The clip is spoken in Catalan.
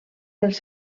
dels